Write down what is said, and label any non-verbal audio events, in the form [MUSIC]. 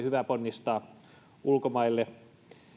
[UNINTELLIGIBLE] hyvä ponnistaa ulkomaille